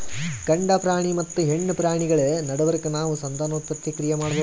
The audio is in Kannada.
ಗಂಡ ಪ್ರಾಣಿ ಮತ್ತ್ ಹೆಣ್ಣ್ ಪ್ರಾಣಿಗಳ್ ನಡಬರ್ಕ್ ನಾವ್ ಸಂತಾನೋತ್ಪತ್ತಿ ಕ್ರಿಯೆ ಮಾಡಬಹುದ್